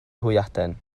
hwyaden